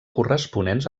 corresponents